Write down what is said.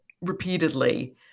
repeatedly